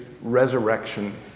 resurrection